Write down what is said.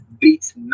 beats